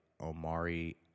Omari